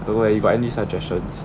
de wei you got any suggestions